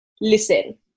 listen